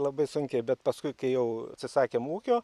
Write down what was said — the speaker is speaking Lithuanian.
labai sunkiai bet paskui kai jau atsisakėm ūkio